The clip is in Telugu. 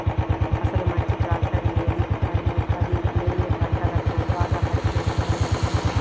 అసలు మంచి ట్రాక్టర్ ఏది మరియు అది ఏ ఏ పంటలకు బాగా పని చేస్తుంది?